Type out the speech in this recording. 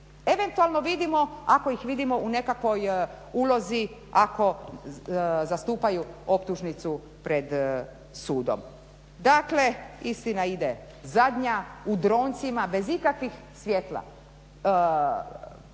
eventualno vidimo ako ih vidimo u nekakvoj ulozi ako zastupaju optužnicu pred sudom. Dakle istina ide zadnja, u dronjcima, bez ikakvih svjetala,